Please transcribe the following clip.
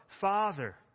Father